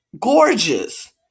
Gorgeous